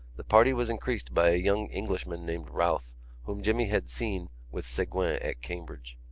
the party was increased by a young englishman named routh whom jimmy had seen with segouin at cambridge.